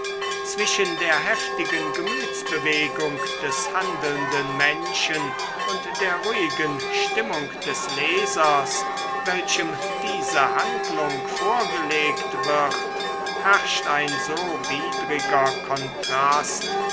zwischen der heftigen gemütsbewegung des handelnden menschen und der ruhigen stimmung des lesers welchem diese handlung vorgelegt wird herrscht ein so widriger kontrast